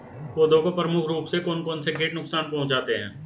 पौधों को प्रमुख रूप से कौन कौन से कीट नुकसान पहुंचाते हैं?